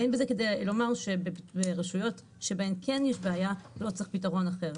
אין בזה כדי לומר שברשויות שיש בהן בעיה לא צריך פתרון אחר.